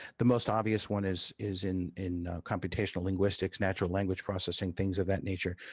the most obvious one is is in in computational linguistics, natural language processing, things of that nature.